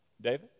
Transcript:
David